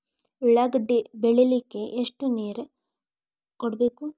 ಉಳ್ಳಾಗಡ್ಡಿ ಬೆಳಿಲಿಕ್ಕೆ ಎಷ್ಟು ನೇರ ಕೊಡಬೇಕು?